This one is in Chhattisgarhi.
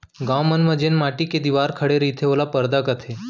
गॉंव मन म जेन माटी के दिवार खड़े रईथे ओला परदा कथें